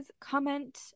comment